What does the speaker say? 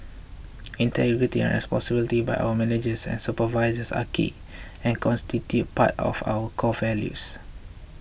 integrity and responsibility by our managers and supervisors are key and constitute part of our core values